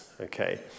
Okay